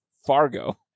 Fargo